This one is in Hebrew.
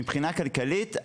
מבחינה כלכלית,